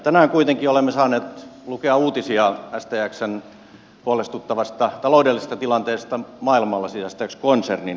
tänään kuitenkin olemme saaneet lukea uutisia stx konsernin huolestuttavasta taloudellisesta tilanteesta maailmalla